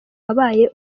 wabaye